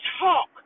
talk